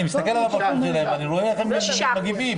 אני מסתכל על הפרצוף שלהם ורואה איך הם מגיבים.